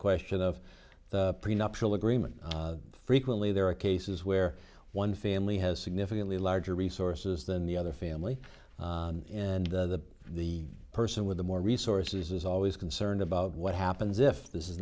question of prenuptial agreement frequently there are cases where one family has significantly larger resources than the other family and the the person with the more resources is always concerned about what happens if this is